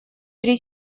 три